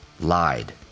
lied